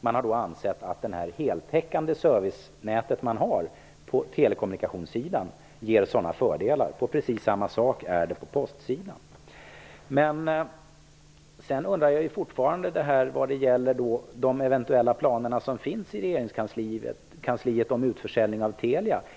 Det har ansetts att det heltäckande servicenätet på telekommunikationssidan ger sådana fördelar. Precis samma sak är det på postsidan. Sedan undrar jag fortfarande hur det är med de eventuella planerna i regeringskansliet på en utförsäljning av Telia.